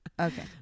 okay